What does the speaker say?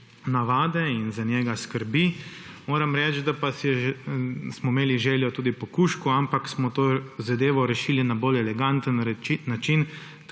in za njega skrbi. Moram reči, da smo imeli željo tudi po kužku, ampak smo to zadevo rešili na bolj eleganten način,